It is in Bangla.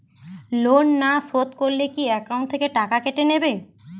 লোন না শোধ করলে কি একাউন্ট থেকে টাকা কেটে নেবে?